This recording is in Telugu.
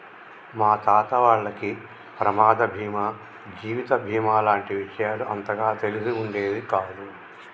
మా తాత వాళ్లకి ప్రమాద బీమా జీవిత బీమా లాంటి విషయాలు అంతగా తెలిసి ఉండేది కాదు